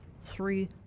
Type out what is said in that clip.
three